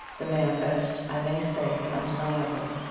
the manifest, i may say the undeniable,